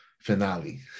finale